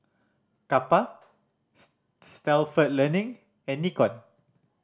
Kappa Stalford Learning and Nikon